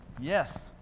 yes